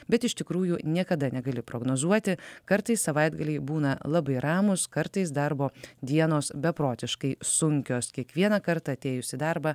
bet iš tikrųjų niekada negali prognozuoti kartais savaitgaliai būna labai ramūs kartais darbo dienos beprotiškai sunkios kiekvieną kartą atėjus į darbą